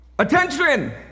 Attention